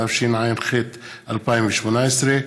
התשע"ח 2018,